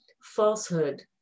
Falsehood